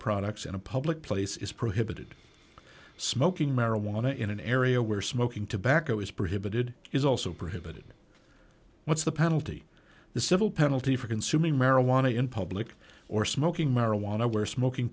products in a public place is prohibited smoking marijuana in an area where smoking tobacco is prohibited is also prohibited what's the penalty the civil penalty for consuming marijuana in public or smoking marijuana where smoking